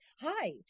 Hi